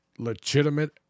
Legitimate